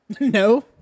No